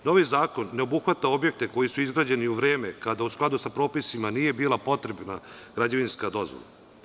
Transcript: Novi zakon ne obuhvata objekte koji su izgrađeni u vreme, kada u skladu sa propisima nije bila potrebna građevinska dozvola.